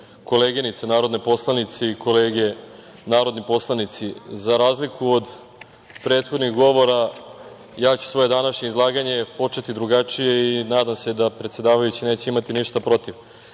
koleginice narodne poslanice i kolege narodni poslanici, za razliku od prethodnih govora, ja ću svoje današnje izlaganje početi drugačije i nadam se da predsedavajući neće imati ništa